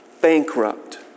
bankrupt